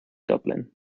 dublin